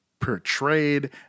portrayed